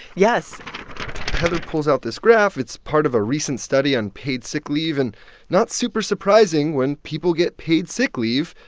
yes heather pulls out this graph. it's part of a recent study on paid sick leave. and not super surprising, when people get paid sick leave,